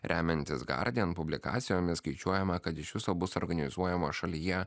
remiantis guardian publikacijomis skaičiuojama kad iš viso bus organizuojama šalyje